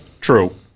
true